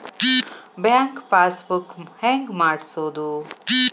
Bank pass book ಹೆಂಗ್ ಮಾಡ್ಸೋದು?